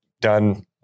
done